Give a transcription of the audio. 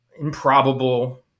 improbable